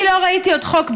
אני לא ראיתי עוד חוק,